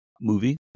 movie